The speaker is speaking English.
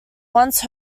once